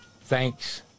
Thanks